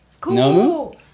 Cool